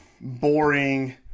boring